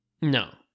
No